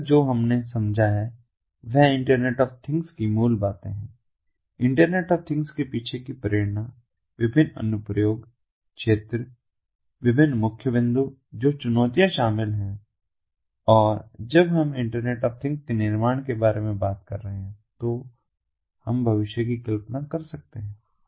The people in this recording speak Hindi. अब तक जो हमने समझा है वह इंटरनेट ऑफ थिंग्स की मूल बातें हैं इंटरनेट ऑफ थिंग्स के पीछे की प्रेरणा विभिन्न अनुप्रयोग क्षेत्र विभिन्न मुख्य बिंदु जो चुनौतियां शामिल हैं और जब हम इंटरनेट ऑफ थिंग्स के निर्माण के बारे में बात कर रहे हैं तो हम भविष्य में क्या कल्पना कर रहे हैं